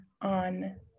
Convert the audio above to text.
on